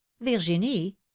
virginie